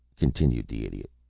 continued the idiot.